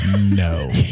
No